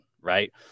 right